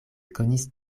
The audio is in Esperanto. konis